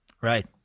Right